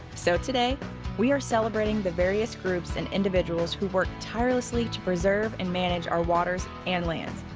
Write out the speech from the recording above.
so today we are celebrating the various groups and individuals who work tirelessly to preserve and manage our waters and land.